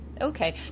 okay